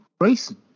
racing